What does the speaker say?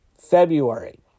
February